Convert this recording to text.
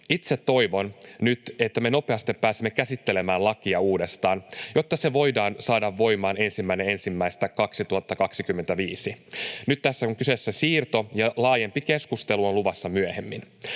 Itse toivon nyt, että me nopeasti pääsemme käsittelemään lakia uudestaan, jotta se voidaan saada voimaan 1.1.2025. Nyt tässä on kyseessä siirto, ja laajempi keskustelu on luvassa myöhemmin.